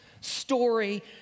story